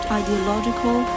ideological